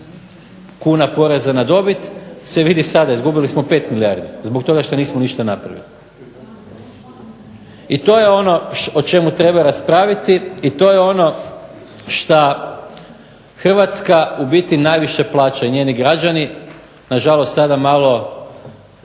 kuna poreza na dobit se vidi sada. Izgubili smo 5 milijardi zbog toga što nismo ništa napravili. I to je ono o čemu treba raspraviti i to je ono šta Hrvatska u biti najviše plaća i njeni građani na žalost sada malo